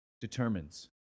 determines